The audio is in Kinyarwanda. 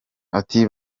ati